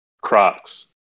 Crocs